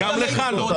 גם לך לא.